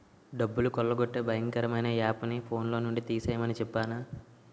డబ్బులు కొల్లగొట్టే భయంకరమైన యాపుని ఫోన్లో నుండి తీసిమని చెప్పేనా